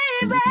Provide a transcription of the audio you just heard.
baby